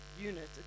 unit